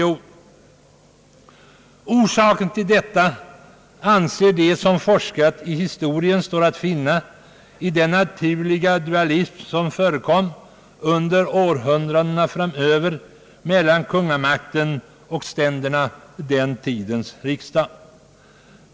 Orsaken härtill — anser de som forskat i historien — står att finna i den naturliga motsättning som förekom under århundradena mellan kungamakten och ständerna, den tidens riksdag.